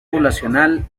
poblacional